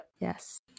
Yes